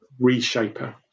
reshaper